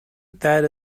that